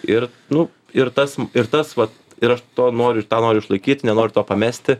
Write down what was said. ir nu ir tas ir tas va ir aš to noriu tą noriu išlaikyt nenoriu to pamesti